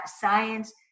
science